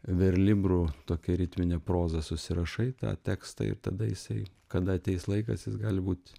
verlibru tokia ritmine proza susirašai tą tekstą ir tada jisai kada ateis laikas jis gali būt